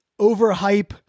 overhype